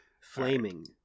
Flaming